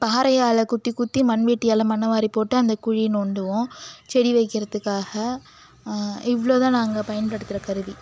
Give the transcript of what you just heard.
பாறையால் குத்தி குத்தி மண்வெட்டியால் மண்ணைவாரிப் போட்டு அந்த குழியை நோண்டுவோம் செடி வைக்கிறதுக்காக இவ்வளோ தான் நாங்கள் பயன்படுத்துகிற கருவி